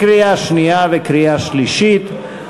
קריאה שנייה וקריאה שלישית.